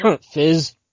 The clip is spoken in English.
Fizz